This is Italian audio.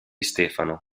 stefano